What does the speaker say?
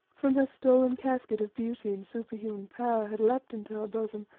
from her stolen casket of beauty and super-human power had leapt into her bosom,